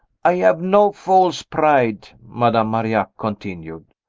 i have no false pride, madame marillac continued.